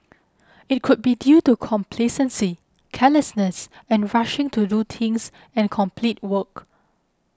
it could be due to complacency carelessness and rushing to do things and complete work